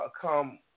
come